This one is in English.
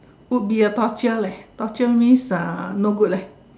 would be a torture leh torture means uh no good leh